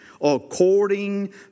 according